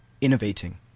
innovating